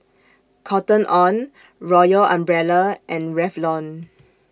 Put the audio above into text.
Cotton on Royal Umbrella and Revlon